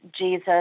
Jesus